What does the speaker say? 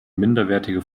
minderwertige